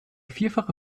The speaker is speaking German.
vierfache